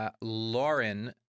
Lauren